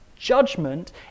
Judgment